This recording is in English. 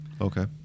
Okay